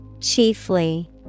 Chiefly